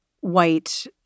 white